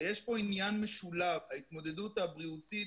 ויש פה עניין משולב ההתמודדות הבריאותית,